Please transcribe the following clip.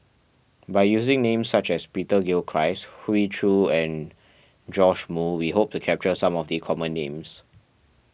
by using names such as Peter Gilchrist Hoey Choo and Joash Moo we hope to capture some of the common names